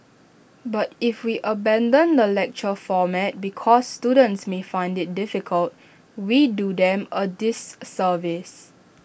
but if we abandon the lecture format because students may find IT difficult we do them A disservice